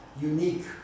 unique